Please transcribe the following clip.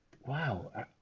wow